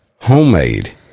homemade